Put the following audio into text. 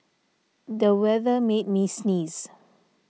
the weather made me sneeze